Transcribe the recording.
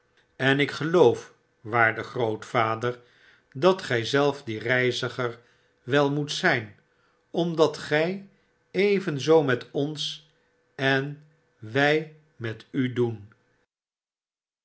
en ik geloof waarde grootvader dat gy zelf die reiziger wel moet zyn omdat jgy evenzoo met ons en wy met u doen